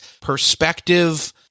perspective